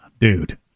dude